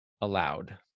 allowed